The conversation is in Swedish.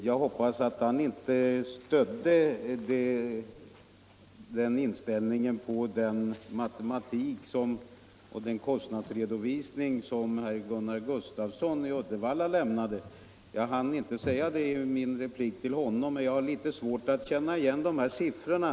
Jag hoppas att han inte stödde den inställningen på den kostnadsredovisning som herr Gunnar Gustafsson i Uddevalla lämnade. Jag hann inte säga det i min replik till herr Gustafsson, men jag har litet svårt att känna igen hans siffror.